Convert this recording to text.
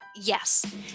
Yes